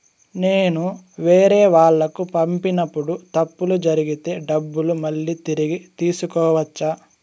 నేను వేరేవాళ్లకు పంపినప్పుడు తప్పులు జరిగితే డబ్బులు మళ్ళీ తిరిగి తీసుకోవచ్చా?